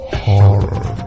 horror